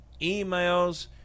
emails